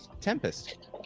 tempest